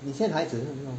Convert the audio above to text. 你现在孩子